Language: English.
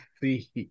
see